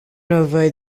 nevoie